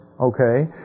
okay